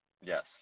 Yes